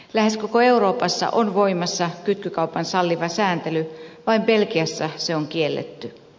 lähes koko euroopassa on voimassa kytkykaupan salliva sääntely vain belgiassa se on kielletty